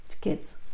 kids